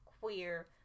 queer